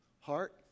heart